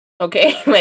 okay